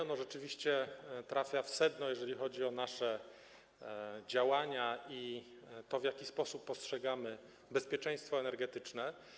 Ono rzeczywiście trafia w sedno, jeżeli chodzi o nasze działania i to, w jaki sposób postrzegamy bezpieczeństwo energetyczne.